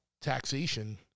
taxation